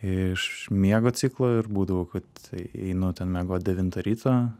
iš miego ciklo ir būdavo kad einu ten miegot devintą ryto